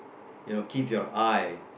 you know keep your eye